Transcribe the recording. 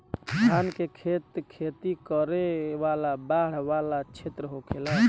धान के खेत खेती करे वाला बाढ़ वाला क्षेत्र होखेला